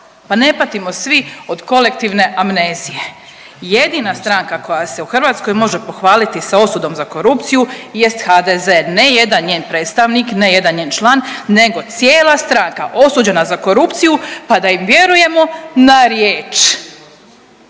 Pa ne patimo svi od kolektivne amnezije. Jedina stranka koja se u Hrvatskoj može pohvaliti sa osudom za korupciju jest HDZ, ne jedan njen predstavnik, ne jedan njen član, nego cijela stranka osuđena za korupciju pa da im vjerujemo na riječ.